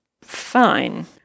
fine